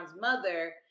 mother